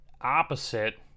opposite